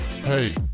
Hey